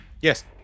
Yes